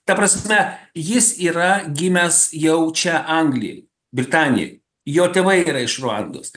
ta prasme jis yra gimęs jau čia anglijoj britanijoj jo tėvai yra iš ruandos